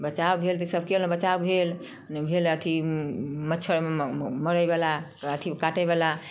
बचाव भेल तऽ ई सभ कयलहुँ बचाव भेल भेल अथी मच्छर मरै बला अथी काटै बला